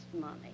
money